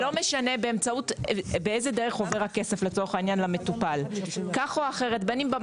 זה לא משנה באיזו דרך עובר הכסף למטופל; בין אם במסלול